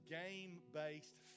game-based